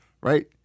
Right